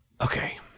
Okay